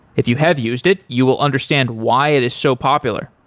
if you have used it, you will understand why it is so popular.